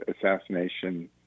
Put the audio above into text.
assassination